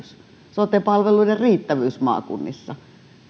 sote palveluiden riittävyys maakunnissa